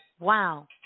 Wow